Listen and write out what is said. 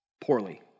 Poorly